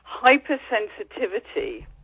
hypersensitivity